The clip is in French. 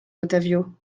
ottavio